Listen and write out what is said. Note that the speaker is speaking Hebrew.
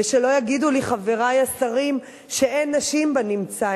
ושלא יגידו לי חברי השרים שאין נשים בנמצא.